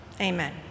Amen